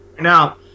now